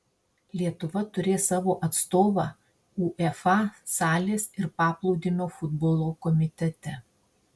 lietuva turės savo atstovą uefa salės ir paplūdimio futbolo komitete